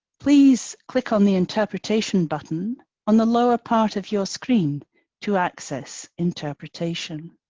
please click on the interpretation button on the lower part of your screen to access interpretation.